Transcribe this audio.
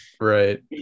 right